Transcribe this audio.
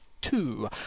two